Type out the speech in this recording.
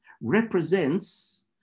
represents